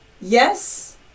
Yes